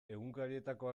egunkarietako